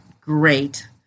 great